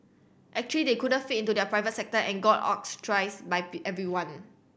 actually they couldn't fit into the private sector and got by everyone